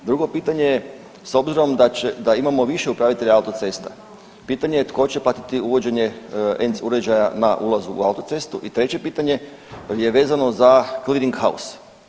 Drugo pitanje je, s obzirom da imamo više upravitelja autocesta, pitanje je tko će platiti uvođenje ENC uređaja na ulazu u autocestu i treće pitanje je vezano za cleaning house.